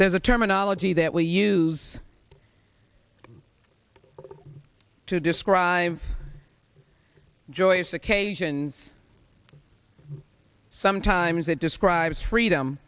there's a terminology that we use to describe joyous occasion sometimes it describes freedom